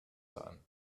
son